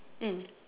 mm